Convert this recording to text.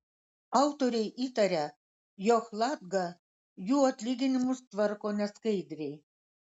autoriai įtaria jog latga jų atlyginimus tvarko neskaidriai